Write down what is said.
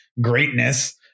greatness